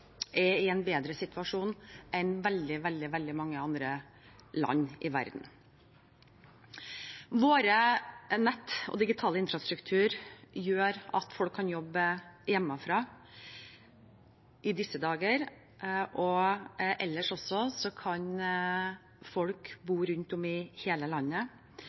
er i en bedre situasjon enn veldig, veldig mange andre land i verden. Våre nett og vår digitale infrastruktur gjør at folk kan jobbe hjemmefra i disse dager, og også ellers kan folk bo rundt om i hele landet